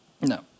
No